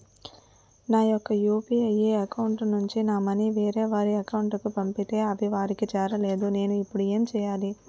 నా యెక్క UPI account నుంచి నా మనీ వేరే వారి అకౌంట్ కు పంపితే అవి వారికి చేరలేదు నేను ఇప్పుడు ఎమ్ చేయాలి?